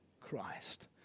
Christ